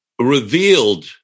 Revealed